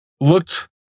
looked